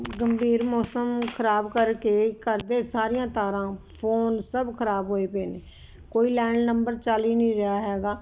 ਗੰਭੀਰ ਮੌਸਮ ਖਰਾਬ ਕਰਕੇ ਘਰਦੀਆਂ ਸਾਰੀਆਂ ਤਾਰਾਂ ਫੋਨ ਸਭ ਖਰਾਬ ਹੋਏ ਪਏ ਨੇ ਕੋਈ ਲੈਂਡ ਨੰਬਰ ਚੱਲ ਹੀ ਨਹੀਂ ਰਿਹਾ ਹੈਗਾ